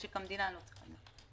משק המדינה.